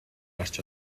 гарч